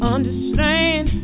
Understand